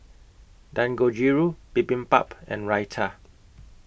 Dangojiru Bibimbap and Raita